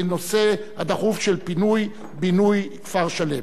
הנושא הדחוף של פינוי-בינוי כפר-שלם.